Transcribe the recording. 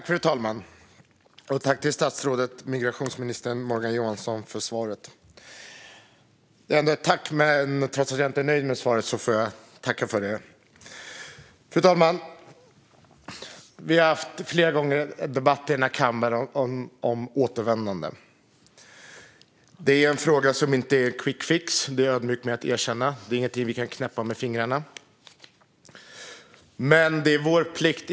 Fru talman! Jag tackar migrationsminister Morgan Johansson för svaret, även om jag inte är nöjd med det. Vi har flera gånger debatterat återvändande i kammaren. Det finns ingen quickfix; det erkänner jag ödmjukt. Vi kan inte bara knäppa med fingrarna så är problemet löst.